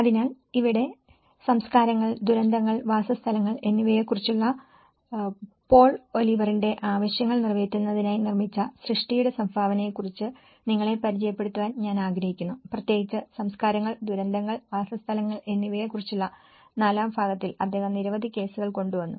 അതിനാൽ ഇവിടെ സംസ്കാരങ്ങൾ ദുരന്തങ്ങൾ വാസസ്ഥലങ്ങൾ എന്നിവയെക്കുറിച്ചുള്ള പോൾ ഒലിവറിന്റെPaul Olivers ആവശ്യങ്ങൾ നിറവേറ്റുന്നതിനായി നിർമ്മിച്ച സൃഷ്ടിയുടെ സംഭാവനയെക്കുറിച്ച് നിങ്ങളെ പരിചയപ്പെടുത്താൻ ഞാൻ ആഗ്രഹിക്കുന്നു പ്രത്യേകിച്ച് സംസ്കാരങ്ങൾ ദുരന്തങ്ങൾ വാസസ്ഥലങ്ങൾ എന്നിവയെക്കുറിച്ചുള്ള നാലാം ഭാഗത്തിൽ അദ്ദേഹം നിരവധി കേസുകൾ കൊണ്ടുവരുന്നു